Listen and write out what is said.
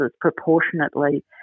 proportionately